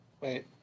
wait